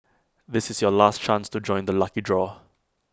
this is your last chance to join the lucky draw